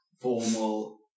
formal